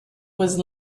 was